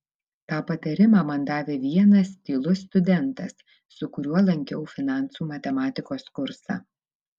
tą patarimą man davė vienas tylus studentas su kuriuo lankiau finansų matematikos kursą